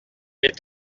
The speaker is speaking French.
est